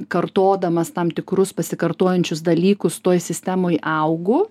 kartodamas tam tikrus pasikartojančius dalykus toj sistemoj augu